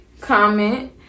Comment